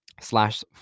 slash